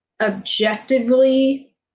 objectively